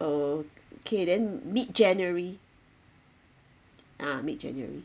okay then mid january ah mid january